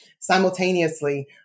simultaneously